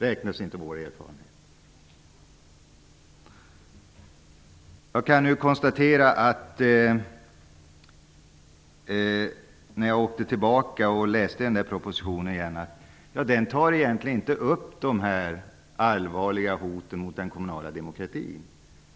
Räknas inte vår erfarenhet? När jag åkte tillbaka och läste propositionen igen, konstaterade jag att den egentligen inte tar upp de här allvarliga hoten mot den kommunala demokratin.